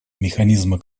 механизма